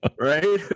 Right